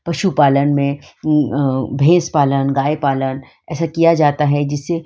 पशु पालन में भैंस पालन गाय पालन ऐसा किया जाता है जिससे